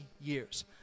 years